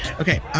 ok.